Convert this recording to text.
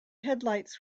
headlights